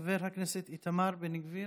חבר הכנסת איתמר בן גביר,